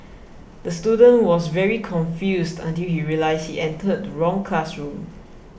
the student was very confused until he realised he entered the wrong classroom